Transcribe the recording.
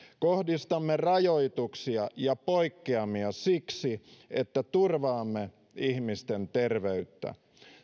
kohdistamme rajoituksia ja poikkeamia siksi että turvaamme ihmisten terveyttä